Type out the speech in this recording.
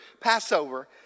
Passover